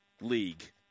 League